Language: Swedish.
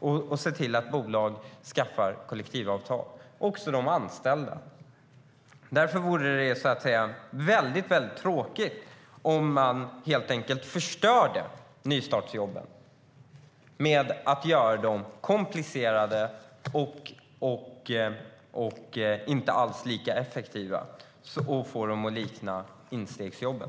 och att se till att bolag skaffar kollektivavtal, också de anställda. Därför vore det väldigt tråkigt om man helt enkelt förstörde nystartsjobben genom att göra dem komplicerade och inte alls lika effektiva och genom att få dem att likna instegsjobben.